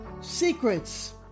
Secrets